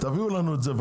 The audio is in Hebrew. תביאו לנו את זה.